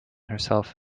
herself